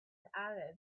arab